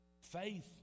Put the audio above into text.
Faith